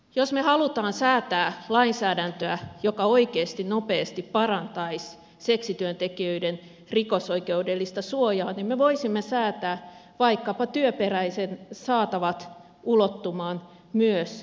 jos me haluamme säätää lainsäädäntöä joka oikeasti nopeasti parantaisi seksityöntekijöiden rikosoikeudellista suojaa niin me voisimme säätää vaikkapa työperäiset saatavat ulottumaan myös seksikauppaan